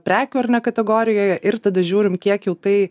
prekių ar ne kategorijoje ir tada žiūrim kiek jau tai